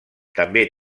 també